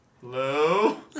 Hello